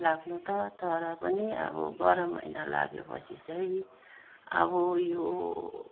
लाग्न त तर पनि अब गरम महिना लागेपछि चाहिँ अब यो